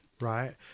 Right